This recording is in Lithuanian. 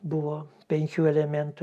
buvo penkių elementų